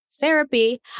therapy